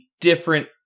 different